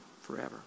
forever